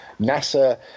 NASA